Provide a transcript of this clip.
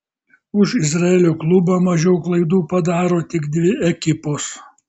už izraelio klubą mažiau klaidų padaro tik dvi ekipos